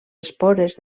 espores